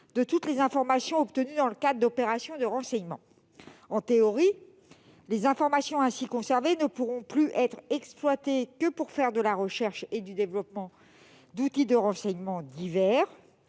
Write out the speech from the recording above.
de toutes les informations obtenues dans le cadre d'opérations de renseignement. En théorie, les informations ainsi conservées ne pourront plus être exploitées qu'à des fins de recherche et de développement d'outils de renseignements divers.